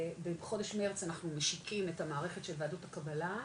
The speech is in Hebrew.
בחודש מרץ אנחנו משיקים את המערכת של וועדות הקבלה,